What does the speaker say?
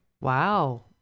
Wow